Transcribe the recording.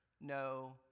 no